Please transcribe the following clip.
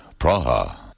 Praha